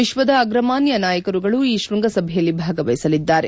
ವಿಶ್ವದ ಅಗ್ರಮಾನ್ಯ ನಾಯಕರುಗಳು ಈ ಶೃಂಗ ಸಭೆಯಲ್ಲಿ ಭಾಗವಹಿಸಲಿದ್ದಾರೆ